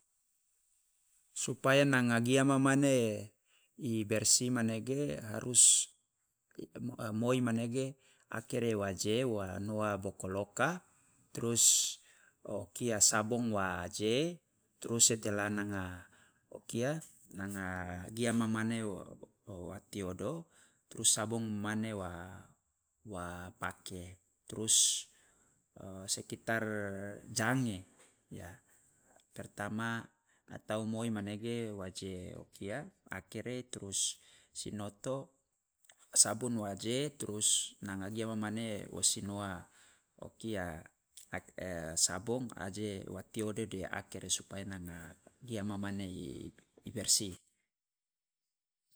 Supaya nanga gia ma- mane i bersih manege harus moi manege akere waje wa noa bokoloka trus o kia sabun waje trus setelah nanga o kia nanga gia ma mane wo- wa tiodo trus sabong mane wa wa pake trus sekitar jange ya pertama atau moi manege waje o kia akere, trus sinoto sabun wa aje trus nanga gia ma mane wo si noa o kia a- sabun aje wa tiodo de akere supaya nanga gia ma mane i bersih